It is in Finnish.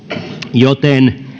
joten